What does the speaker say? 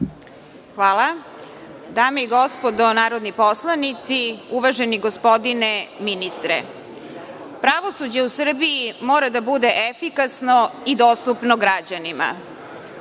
Hvala. Dame i gospodo narodni poslanici, uvaženi gospodine ministre, pravosuđe u Srbiji mora da bude efikasno i dostupno građanima.